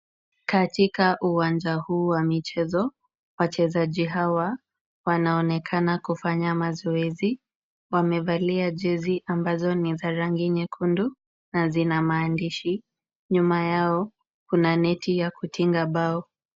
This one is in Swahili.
Katika uwanja huu wa michezo wachezaji hawa wanaonekana kufanya mazoezi. Wamevalia jezi ambazo ni za rangi nyekundu na zina maandishi. Nyuma yao kuna neti ya kutinga bao.